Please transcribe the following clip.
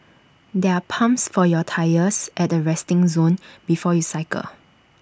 there are pumps for your tyres at the resting zone before you cycle